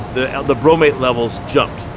the the bromate levels jumped.